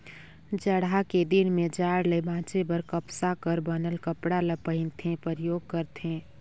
जड़हा के दिन में जाड़ ले बांचे बर कपसा कर बनल कपड़ा ल पहिनथे, परयोग करथे